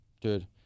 Dude